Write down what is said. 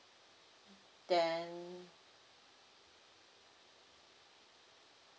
then